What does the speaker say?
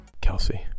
kelsey